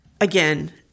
again